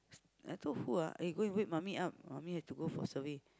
I told who ah eh go and wake mummy up mummy have to go for survey